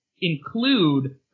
include